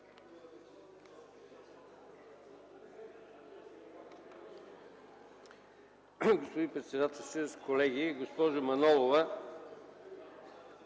Господин председател, колеги! Госпожо Манолова,